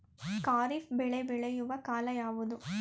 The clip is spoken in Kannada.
ಖಾರಿಫ್ ಬೆಳೆ ಬೆಳೆಯುವ ಕಾಲ ಯಾವುದು?